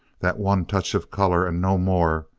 that one touch of color, and no more,